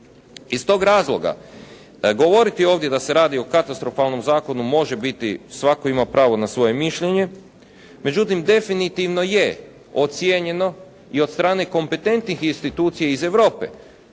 Iz toga razloga, govoriti ovdje da se radi o katastrofalnom zakonu može biti, svatko ima pravo na svoj mišljenje, međutim definitivno je ocjenjeno i od strane kompetentnih institucija iz Europe